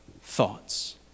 thoughts